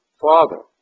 Father